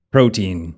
Protein